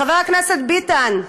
חבר הכנסת ביטן,